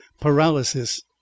paralysis